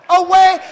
away